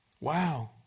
Wow